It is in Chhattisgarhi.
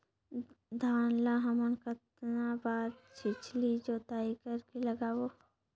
धान ला हमन कतना बार छिछली जोताई कर के लगाबो?